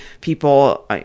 people